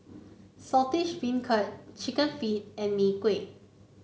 Saltish Beancurd chicken feet and Mee Kuah